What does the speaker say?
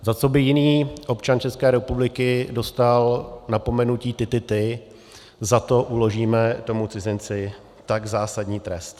Za co by jiný občan České republiky dostal napomenutí ty, ty, ty, za to uložíme tomu cizinci tak zásadní trest.